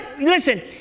listen